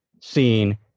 seen